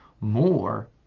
More